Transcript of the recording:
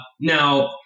now